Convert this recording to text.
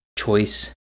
choice